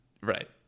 Right